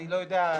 לא יודע,